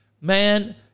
Man